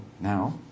now